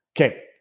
Okay